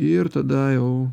ir tada jau